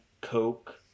coke